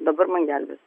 dabar man gelbės